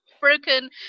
broken